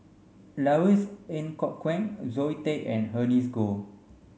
Louis Ng Kok Kwang Zoe Tay and Ernest Goh